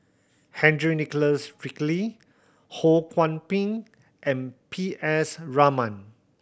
Henry Nicholas Ridley Ho Kwon Ping and P S Raman